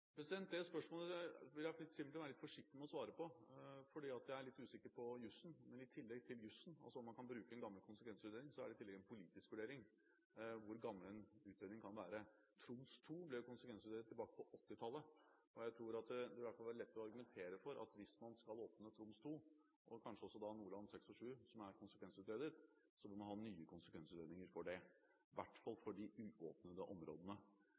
Det spørsmålet vil jeg simpelthen være litt forsiktig med å svare på, for jeg er litt usikker på jussen. Men i tillegg til jussen – altså om man kan bruke en gammel konsekvensutredning – er det en politisk vurdering av hvor gammel en utredning kan være. Troms II ble konsekvensutredet på 1980-tallet. Jeg tror det vil være lett å argumentere for at hvis man skal åpne Troms II, og kanskje også Nordland VI og VII, som er konsekvensutredet, må man ha nye konsekvensutredninger for det, i hvert fall for de uåpnede områdene.